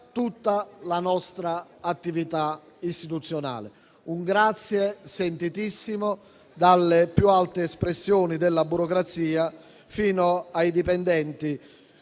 tutta la nostra attività istituzionale. Un grazie sentitissimo dalle più alte espressioni della burocrazia fino ai dipendenti